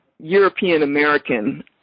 European-American